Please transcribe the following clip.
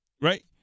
Right